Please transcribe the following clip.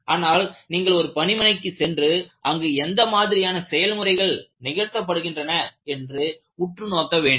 ஆனால் நீங்கள் ஒரு பணிமனைக்கு சென்று அங்கு எந்த மாதிரியான செயல்முறைகள் நிகழ்த்தப்படுகின்றன என்று உற்று நோக்க வேண்டும்